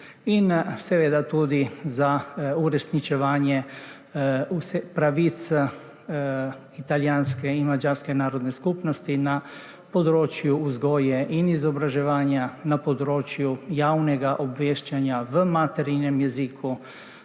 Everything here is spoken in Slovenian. in seveda tudi za uresničevanje pravic italijanske in madžarske narodne skupnosti na področju vzgoje in izobraževanja, na področju javnega obveščanja v maternem jeziku,